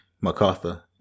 MacArthur